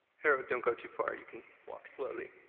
don't go too far. you can walk slowly.